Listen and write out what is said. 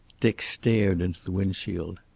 dick stared into the windshield.